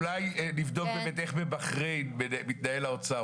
אולי נבדוק באמת איך בבחריין מתנהל האוצר,